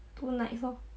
two nights lor